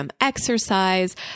exercise